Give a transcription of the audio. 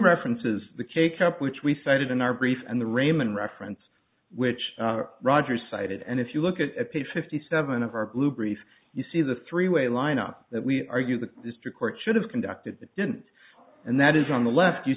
references the cake up which we cited in our brief and the raymond reference which roger cited and if you look at page fifty seven of our blue brief you see the three way line up that we argue the district court should have conducted that didn't and that is on the left you